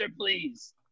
please